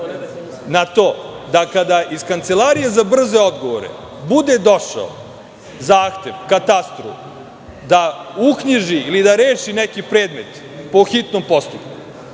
na to da kada iz Kancelarije za brze odgovore bude došao zahtev Katastru da uknjiži ili da reši neki predmet po hitnom postupku,